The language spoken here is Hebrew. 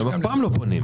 למקום יותר זמין?